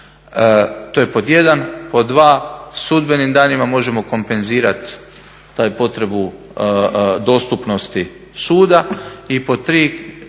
To je pod 1. Pod 2. sudbenim danima možemo kompenzirati tu potrebu dostupnosti suda. I pod 3.